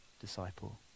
disciple